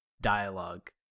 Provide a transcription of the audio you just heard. dialogue